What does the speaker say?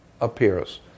appears